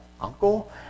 uncle